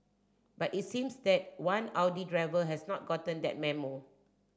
but it seems that one Audi driver has not gotten that memo